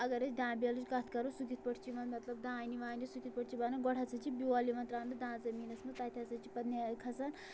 اگر أسۍ دانبیلٕچ کَتھ کَرو سُہ کِتھ پٲٹھۍ یِوان مطلب دانہِ وانہِ سُہ کِتھ پٲٹھۍ چھِ بنان گۄڈٕ ہسا چھِ بیول یِوان ترٛاونہٕ دانہِ زٔمیٖنَس منٛز تَتہِ ہسا چھِ پتہٕ نے کھسان